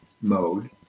mode